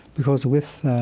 because, with